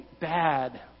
bad